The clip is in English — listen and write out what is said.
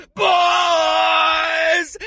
boys